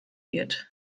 wird